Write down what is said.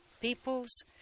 peoples